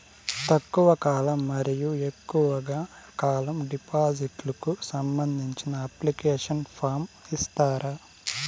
తక్కువ కాలం మరియు ఎక్కువగా కాలం డిపాజిట్లు కు సంబంధించిన అప్లికేషన్ ఫార్మ్ ఇస్తారా?